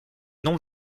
non